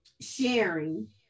sharing